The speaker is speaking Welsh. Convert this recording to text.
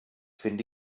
fynd